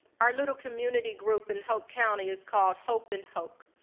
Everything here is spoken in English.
our little community group in hope county is called hope in hoke.